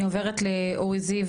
אני עוברת אל אורי זיו,